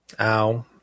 Ow